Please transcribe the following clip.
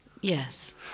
Yes